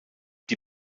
die